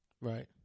Right